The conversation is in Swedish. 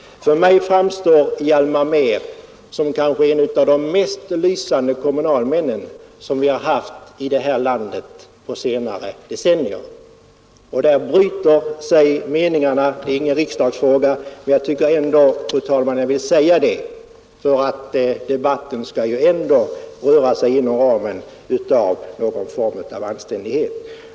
För mig framstår Hjalmar Mehr som kanske en av de mest lysande kommunalmän som vi haft i landet på senare decennier. Här bryter sig meningarna kring denna fråga, men jag tycker ändå, fru talman, att jag vill säga detta, därför att debatten väl ändå skall röra sig inom ramen för någon form av politisk anständighet.